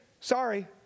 sorry